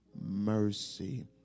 mercy